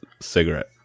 cigarette